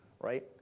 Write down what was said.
right